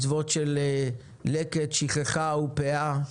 מצוות של לקט, שכחה ופאה,